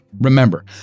Remember